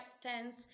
tense